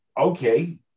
Okay